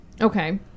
okay